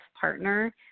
partner